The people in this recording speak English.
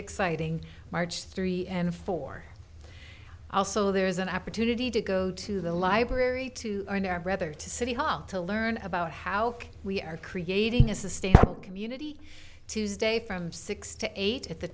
exciting march three and four also there is an opportunity to go to the library to brother to city hall to learn about how we are creating a sustainable community tuesday from six to eight at the